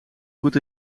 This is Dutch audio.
goed